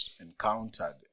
encountered